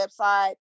website